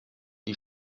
die